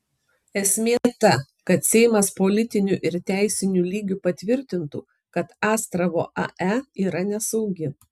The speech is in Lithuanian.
esmė ta kad seimas politiniu ir teisiniu lygiu patvirtintų kad astravo ae yra nesaugi